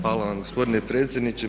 Hvala vam gospodine predsjedniče.